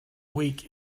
week